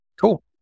Cool